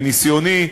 מניסיוני,